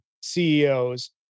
CEOs